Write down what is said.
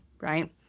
right